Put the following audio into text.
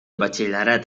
batxillerat